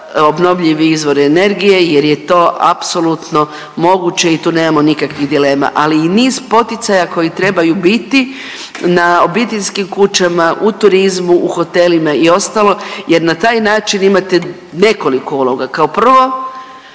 obnovljive izvore energije jer je to apsolutno moguće i tu nemamo nikakvih dilema, ali i niz poticaja koji trebaju biti na obiteljskim kućama, u turizmu, u hotelima i ostalo jer na taj način imate nekoliko uloga. Kao prvo